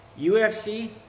UFC